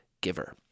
giver